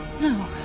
No